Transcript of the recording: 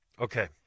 Okay